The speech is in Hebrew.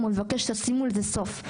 ומבקש שתשימו לזה סוף.